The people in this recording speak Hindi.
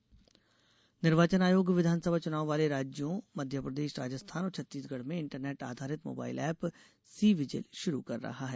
च्नाव आयोग निर्वाचन आयोग विधानसभा चुनाव वाले राज्यों मध्य प्रदेश राजस्थान और छत्तीसगढ़ में इंटरनेट आधारित मोबाइल ऐप सी विजिल शुरू कर रहा है